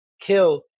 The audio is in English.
kill